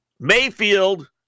Mayfield